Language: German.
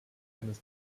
eines